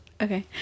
okay